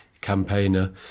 campaigner